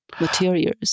materials